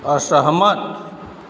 असहमत